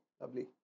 lovely